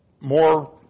more